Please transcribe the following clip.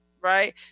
right